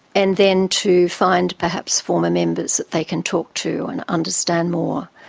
and then to find perhaps former members that they can talk to and understand more.